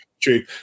true